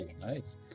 Nice